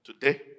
today